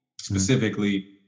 specifically